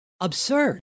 absurd